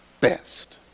best